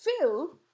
fill